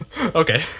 Okay